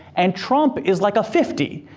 and trump is like a fifty.